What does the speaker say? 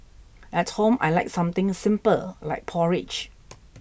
at home I like something simple like porridge